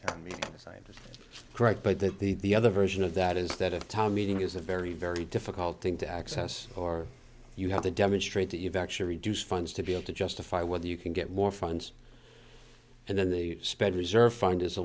tell me to sign correct but that the other version of that is that if a town meeting is a very very difficult thing to access or you have to demonstrate that you've actually reduced funds to be able to justify whether you can get more funds and then the spread reserve fund is a